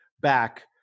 back